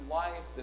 life